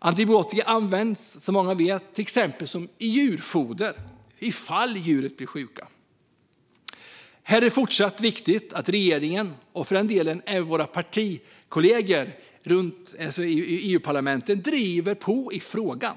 Som många vet används antibiotika i exempelvis djurfoder ifall djuren blir sjuka. Här är det i fortsättningen viktigt att regeringen, och för den delen även våra partikollegor i EU-parlamentet, driver på i frågan.